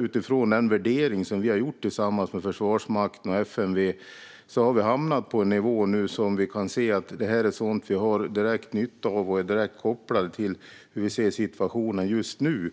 Utifrån den värdering som vi har gjort tillsammans med Försvarsmakten och FMV har vi hamnat på en nivå. Det är sådant som vi kan se att vi har en direkt nytta av och är direkt kopplat till hur vi ser situationen just nu.